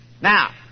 Now